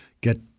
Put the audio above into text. Get